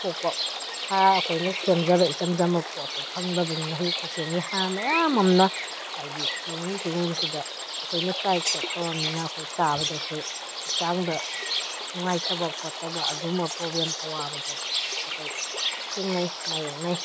ꯊꯣꯛꯄ ꯍꯥꯔ ꯑꯩꯈꯣꯏꯅ ꯁꯦꯝꯖꯕ ꯏꯆꯝ ꯆꯝꯕ ꯄꯣꯠꯇꯣ ꯐꯪꯗꯕꯅꯤꯅ ꯍꯧꯖꯤꯛ ꯈꯨꯠꯁꯦꯝꯒꯤ ꯍꯥꯔ ꯃꯌꯥꯝ ꯑꯃꯅ ꯍꯥꯏꯗꯤ ꯂꯧꯎ ꯁꯤꯡꯎꯕꯁꯤꯗ ꯑꯩꯈꯣꯏꯅ ꯆꯥꯏ ꯈꯣꯠ ꯇꯧꯔꯝꯅꯤꯅ ꯑꯩꯈꯣꯏ ꯆꯥꯕꯗꯁꯨ ꯍꯛꯆꯥꯡꯗ ꯅꯨꯡꯉꯥꯏꯇꯗ ꯈꯣꯠꯇꯕ ꯑꯗꯨꯝꯕ ꯄ꯭ꯔꯣꯕ꯭ꯂꯦꯝ ꯑꯋꯥꯕꯗꯣ ꯑꯩꯈꯣꯏ ꯊꯦꯡꯅꯩ ꯃꯥꯌꯣꯛꯅꯩ